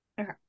Okay